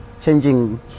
changing